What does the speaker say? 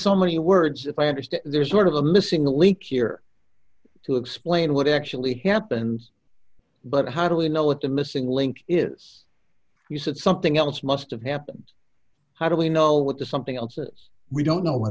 so many words if i understand there's sort of a missing link here to explain what actually happens but how do we know what the missing link is you said something else must have happened how do we know what that something else is we don't know wh